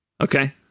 Okay